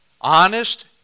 honest